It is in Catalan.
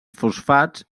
fosfats